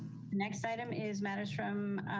next item is matters from